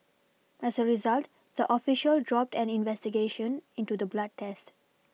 as a result the official dropped an investigation into the blood test